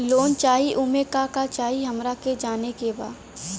Loan चाही उमे का का चाही हमरा के जाने के बा?